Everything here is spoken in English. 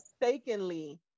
mistakenly